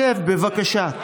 שב, בבקשה.